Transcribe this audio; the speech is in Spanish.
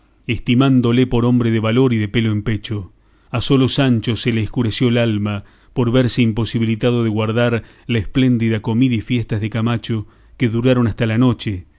estimándole por hombre de valor y de pelo en pecho a sólo sancho se le escureció el alma por verse imposibilitado de aguardar la espléndida comida y fiestas de camacho que duraron hasta la noche